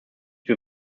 bin